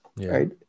right